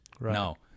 No